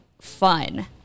fun